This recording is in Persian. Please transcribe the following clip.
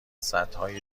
سدهای